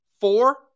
four